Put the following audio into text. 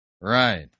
Right